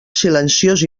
silenciós